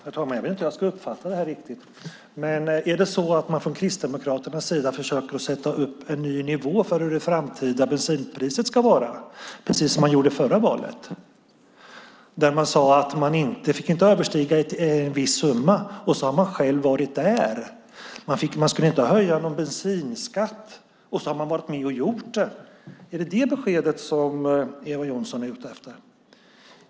Herr talman! Jag vet inte riktigt hur jag ska uppfatta detta. Är det så att man från Kristdemokraternas sida försöker sätta upp en ny nivå för hur det framtida bensinpriset ska vara, precis som man gjorde inför förra valet? Då sade man att det inte fick överstiga en viss summa. Man skulle inte höja någon bensinskatt, men så har man ändå varit med och gjort det. Är det detta besked som Eva Johnsson är ute efter?